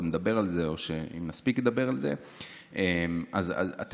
עוד נדבר על זה, אם נספיק לדבר על זה.